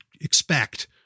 expect